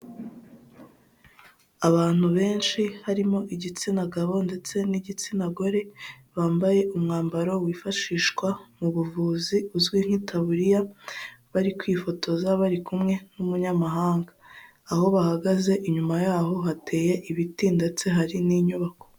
Abantu benshi harimo igitsina gabo, ndetse n'igitsina gore bambaye umwambaro wifashishwa mu buvuzi uzwi nk'taburiya, barikwifotoza barikumwe n'umunyamahanga. Aho bahagaze inyuma yaho hateye ibiti, ndetse hari n'inyubako.